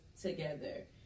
together